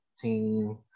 team